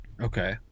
Okay